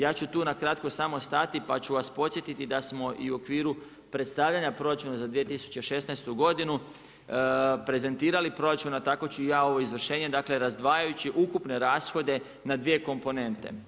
Ja ću tu nakratko samo stati, pa ću vas podsjetiti da smo i u okviru predstavljanja proračuna za 2016. godinu, prezentirali proračun, a tako ću i ja ovo izvršenje, dakle, razdvajajući ukupne rashode na 2 komponente.